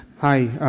hi.